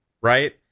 right